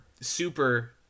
super